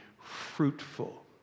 fruitful